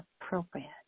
appropriate